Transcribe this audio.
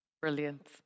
Brilliant